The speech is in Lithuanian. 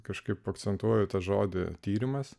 kažkaip akcentuoja tą žodį tyrimas